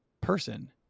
person